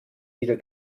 wieder